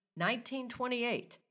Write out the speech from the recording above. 1928